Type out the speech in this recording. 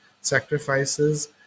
sacrifices